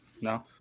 No